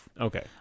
okay